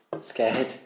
scared